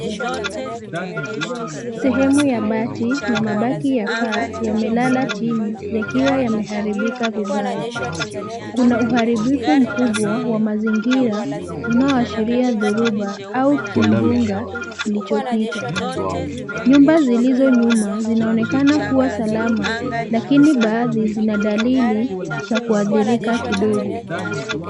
Sehemu ya bati na mabaki ya paa, yamelala chini yakiwa yameharibika vibaya. Kuna uharibifu mkubwa wa mazingira, unaoashiria dhoruba au, kimbunga, kilichopita. Nyumba zilizo nyuma, zinaonekana kuwa salama, lakini baadhi zina dalili, za kuadhirika kidogo.